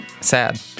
Sad